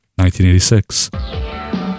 1986